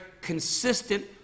consistent